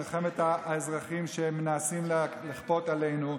מלחמת האזרחים שמנסים לכפות עלינו,